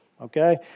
Okay